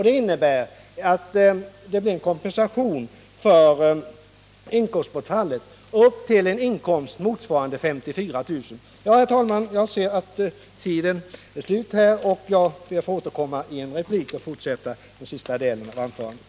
Det innebär att det blir en kompensation för inkomstbortfall upp till en inkomst motsvarande 54 000 kr. per år. Herr talman! Jag ser att min tid är slut. Jag ber att få återkomma i en replik och då fortsätta mitt anförande.